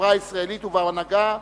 בחברה הישראלית ובהנהגה,